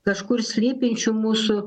kažkur slypinčiu mūsų